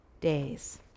days